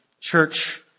church